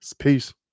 Peace